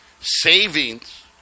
Savings